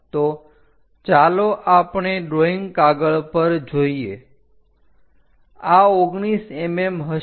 તો ચાલો આપણે ડ્રોઈંગ કાગળ પર જોઈએ આ 19 mm હશે